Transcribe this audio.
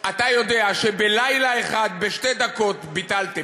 אתה יודע שבלילה אחד בשתי דקות ביטלתם.